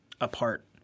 apart